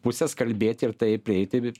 puses kalbėti ir taip prieiti